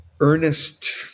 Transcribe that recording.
earnest